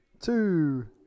Two